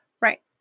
Right